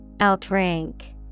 Outrank